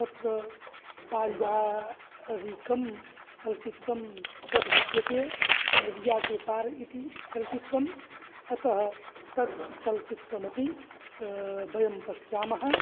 तत्र पारिवारिकं चलच्चित्रं तद् विद्यते नदिया के पार् इति चलच्चित्रम् अतः तत् चलच्चित्रमपि वयं पश्यामः